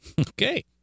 okay